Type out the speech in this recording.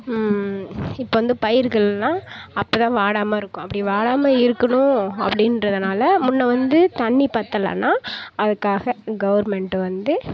இப்போ வந்து பயிறுகள்லாம் அப்போ தான் வாடாமல் இருக்கும் அப்படி வாடாமல் இருக்கணும் அப்டின்றதுனால் முன்ன வந்து தண்ணி பற்றலன்னா அதுக்காக கவர்மெண்ட்டு வந்து